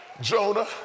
Jonah